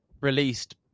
released